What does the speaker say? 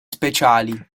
speciali